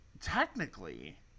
technically